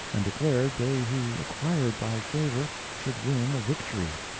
and declared they who acquired thy favor should win a victory.